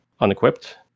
unequipped